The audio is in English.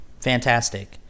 fantastic